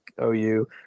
OU